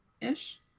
ish